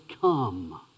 come